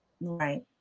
Right